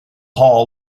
hall